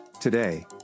today